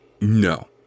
No